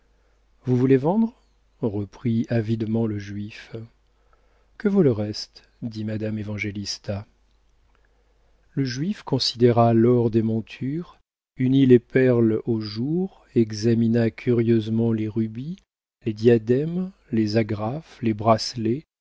vous voulez vendre reprit avidement le juif que vaut le reste dit madame évangélista le juif considéra l'or des montures mit les perles au jour examina curieusement les rubis les diadèmes les agrafes les bracelets